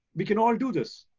we can all do this.